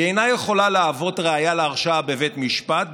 היא אינה יכולה להוות ראיה להרשעה בבית משפט,